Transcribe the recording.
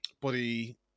body